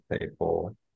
people